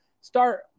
start